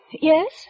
yes